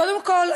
קודם כול,